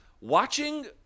Watching